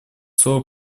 слово